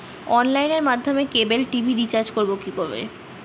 অনলাইনের মাধ্যমে cable TV recharge করব কি করে?